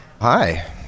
Hi